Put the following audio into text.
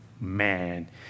man